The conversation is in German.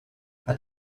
hat